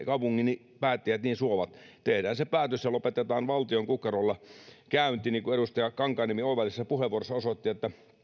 kaupungin päättäjät niin suovat tehdään se päätös ja lopetetaan valtion kukkarolla käynti niin kuin edustaja kankaanniemi oivallisessa puheenvuorossaan osoitti